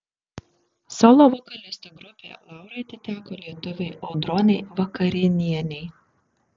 solo vokalistų grupėje laurai atiteko lietuvei audronei vakarinienei